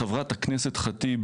חברת הכנסת ח'טיב,